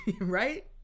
Right